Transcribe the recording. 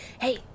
hey